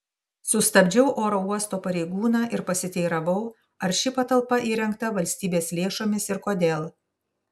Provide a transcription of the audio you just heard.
sustabdžiau oro uosto pareigūną ir pasiteiravau ar ši patalpa įrengta valstybės lėšomis ir kodėl